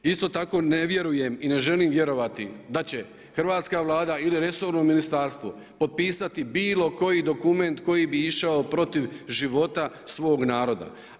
Isto tako, ne vjerujem i ne želim vjerovati da će hrvatska Vlada ili resorno ministarstvo potpisati bilo koji dokument koji bi išao protiv života svog naroda.